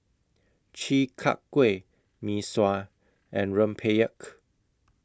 Chi Kak Kuih Mee Sua and Rempeyek